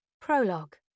Prologue